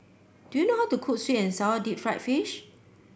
do you know how to cook sweet and sour Deep Fried Fish